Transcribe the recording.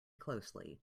closely